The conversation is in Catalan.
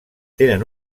tenen